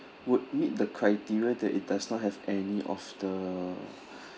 would meet the criteria that it does not have any of the